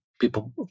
people